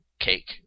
Cake